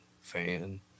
fan